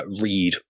read